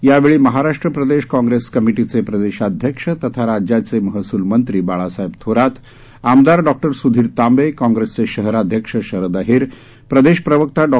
यावेळी महाराष्ट्र प्रदेश काँग्रेस कमिटीचे प्रदेशाध्यक्ष तथा राज्याचे महसूलमंत्री बाळासाहेब थोरात आमदार डॉ स्धीर तांबे काँग्रेसचे शहराध्यक्ष शरद अहेर प्रदेश प्रवक्ता डॉ